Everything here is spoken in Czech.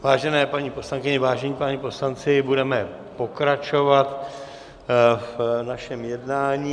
Vážené paní poslankyně, vážení páni poslanci, budeme pokračovat v našem jednání.